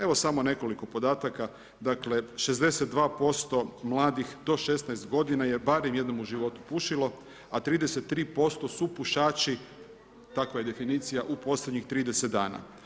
Evo samo nekoliko podataka, dakle 62% mladih do 16 godina je barem jednom u životu pušilo, a 33% su pušači takva je definicija u posljednjih 30 dana.